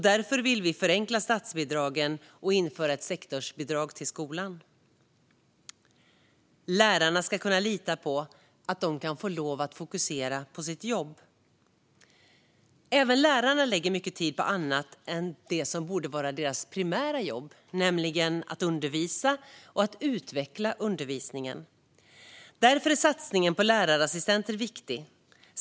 Därför vill vi förenkla statsbidragen och införa ett sektorsbidrag till skolan. Lärarna ska kunna lita på att de kan få lov att fokusera på sitt jobb. Även lärarna lägger mycket tid på annat än det som borde vara deras primära jobb, nämligen att undervisa och att utveckla undervisningen. Därför är satsningen på lärarassistenter viktig.